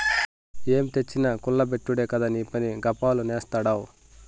ఏం తెచ్చినా కుల్ల బెట్టుడే కదా నీపని, గప్పాలు నేస్తాడావ్